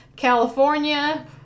California